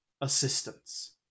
assistance